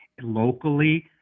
locally